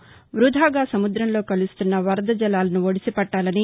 వ్బధాగా సముద్రంలో కలుస్తున్న వరద జలాలను ఒడిసి పట్టాలని